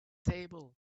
table